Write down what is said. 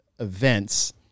events